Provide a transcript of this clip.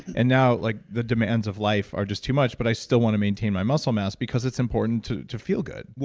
and now, like the demands of life are just too much, but i still want to maintain my muscle mass because it's important to to feel good.